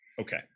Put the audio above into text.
okay